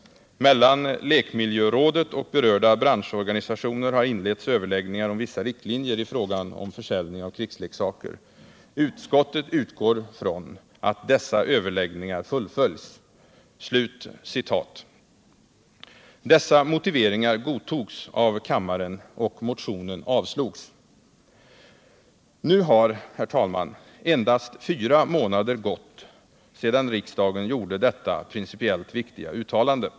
Mellan lekmiljörådet och berörda branschorganisationer har inletts överläggningar om vissa riktlinjer i fråga om försäljning av krigsleksaker. Utskottet utgår från att dessa överläggningar fullföljs.” Nu har endast fyra månader gått sedan riksdagen gjorde detta principiellt viktiga uttalande.